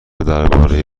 درباره